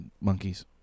monkeys